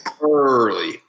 early